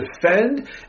defend